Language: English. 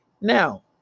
Now